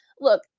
look